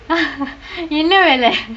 என்ன வேலை:enna velai